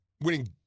winning